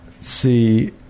see